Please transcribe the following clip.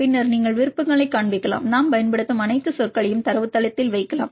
பின்னர் நீங்கள் விருப்பங்களை காண்பிக்கலாம் நாம் பயன்படுத்தும் அனைத்து சொற்களையும் தரவுத்தளத்தில் வைக்கலாம்